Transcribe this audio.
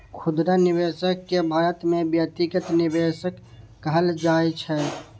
खुदरा निवेशक कें भारत मे व्यक्तिगत निवेशक कहल जाइ छै